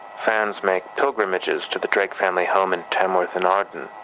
fans make pilgrimages to the drake family home in tanworth-in-arden,